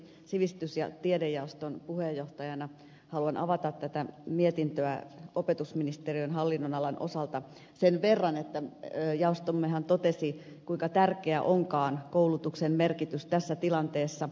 sivistys ja tiedejaoston puheenjohtajana haluan avata tätä mietintöä opetusministeriön hallinnonalan osalta sen verran että jaostommehan totesi kuinka tärkeää onkaan koulutuksen merkitys tässä tilanteessa